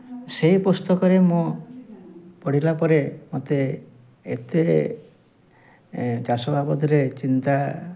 ସେହି ପୁସ୍ତକରେ ମୁଁ ପଢ଼ିଲାପରେ ମୋତେ ଏତେ ଚାଷ ବାବଦରେ ଚିନ୍ତା